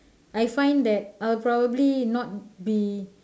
I find that I'll probably not be